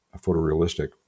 photorealistic